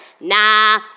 nah